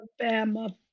Alabama